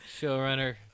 Showrunner